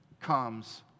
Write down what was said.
comes